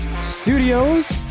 Studios